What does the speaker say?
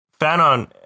Fanon